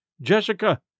Jessica